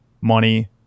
money